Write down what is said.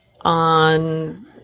On